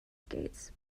skates